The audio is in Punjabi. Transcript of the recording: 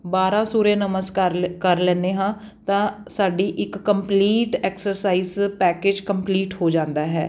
ਬਾਰਾਂ ਸੂਰਯ ਨਮਸ਼ ਕਰ ਕਰ ਲੈਂਦੇ ਹਾਂ ਤਾਂ ਸਾਡੀ ਇੱਕ ਕੰਪਲੀਟ ਐਕਸਰਸਾਈਜ਼ ਪੈਕੇਜ ਕੰਪਲੀਟ ਹੋ ਜਾਂਦਾ ਹੈ